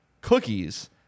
cookies